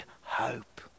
hope